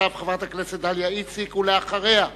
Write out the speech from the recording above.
עכשיו חברת הכנסת דליה איציק, ואחריה,